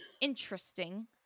interesting